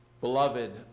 beloved